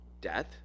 death